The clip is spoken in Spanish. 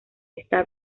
está